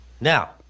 now